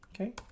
Okay